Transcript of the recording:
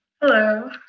Hello